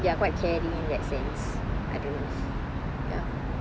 ya quite caring in that sense I don't know ya